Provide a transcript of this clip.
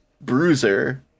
bruiser